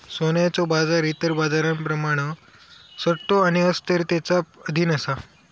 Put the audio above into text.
सोन्याचो बाजार इतर बाजारांप्रमाण सट्टो आणि अस्थिरतेच्या अधीन असा